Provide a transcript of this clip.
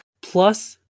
Plus